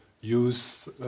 use